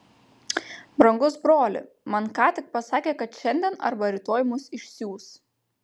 brangus broli man ką tik pasakė kad šiandien arba rytoj mus išsiųs